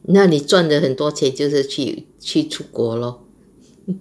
那你赚了很多钱就是去去出国 lor